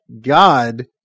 God